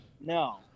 No